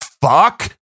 Fuck